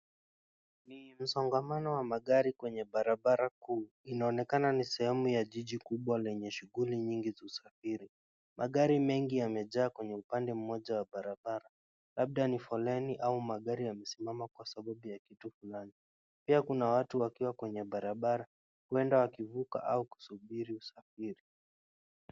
Ni msongamano wa magari kwenye kuu inaonekana ni sehemu ya jiji kubwa lenye shughuli nyingi za usafiri. Magari mengi yamejaa kwenye upande mmoja wa barabara labda ni foleni au magari yamesimama kwa sababu ya kitu fulani. Pia kuna watu wakiwa kwenye barabara huenda wakivuka au kusubiri usafiri.